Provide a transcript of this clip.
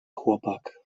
chłopak